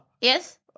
Yes